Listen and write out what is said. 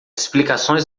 explicações